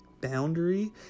boundary